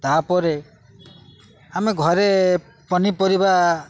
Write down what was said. ତାପରେ ଆମେ ଘରେ ପନିପରିବା